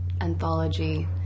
anthology